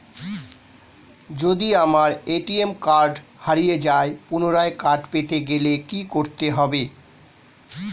যদি আমার ATM card হারিয়ে যায় পুনরায় কার্ড পেতে গেলে কি করতে হবে?